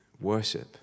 Worship